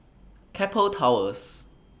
Keppel Towers